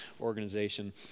organization